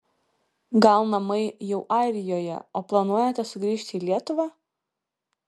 gal namai jau airijoje o planuojate sugrįžti į lietuvą